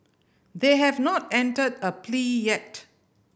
they have not entered a plea yet